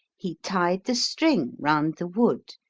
he tied the string round the wood,